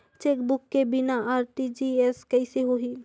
Chequebook के बिना RTGS कइसे होही?